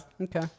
okay